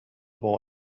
boy